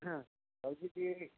হ্যাঁ বলছি কি